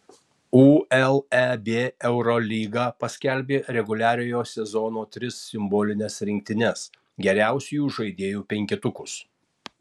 uleb eurolyga paskelbė reguliariojo sezono tris simbolines rinktines geriausiųjų žaidėjų penketus